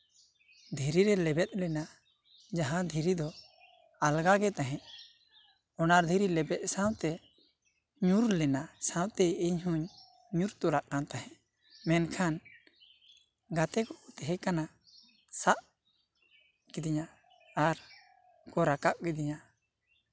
ᱫᱷᱤᱨᱤ ᱨᱮ ᱞᱮᱵᱮᱫ ᱞᱮᱱᱟ ᱡᱟᱦᱟᱸ ᱫᱷᱤᱨᱤ ᱫᱚ ᱟᱞᱜᱟ ᱜᱮ ᱛᱟᱦᱮᱸᱜ ᱚᱱᱟ ᱫᱷᱤᱨᱤ ᱞᱮᱵᱮᱫ ᱥᱟᱶᱛᱮ ᱧᱩᱨ ᱞᱮᱱᱟ ᱥᱟᱶᱛᱮ ᱤᱧ ᱦᱚᱧ ᱧᱩᱨ ᱛᱚᱨᱟᱜ ᱠᱟᱱ ᱛᱟᱦᱮᱸᱜ ᱢᱮᱱᱠᱷᱟᱱ ᱜᱟᱛᱮ ᱠᱚ ᱛᱟᱦᱮᱸ ᱠᱟᱱᱟ ᱥᱟᱵ ᱠᱤᱫᱤᱧᱟ ᱟᱨ ᱠᱚ ᱨᱟᱠᱟᱵᱽ ᱠᱤᱫᱤᱧᱟ